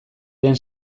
den